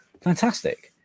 fantastic